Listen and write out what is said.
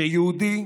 "כשיהודי,